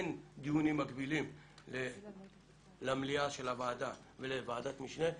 אין דיונים מקבילים למליאה של הוועדה ולוועדת משנה,